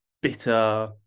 bitter